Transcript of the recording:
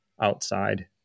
outside